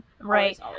Right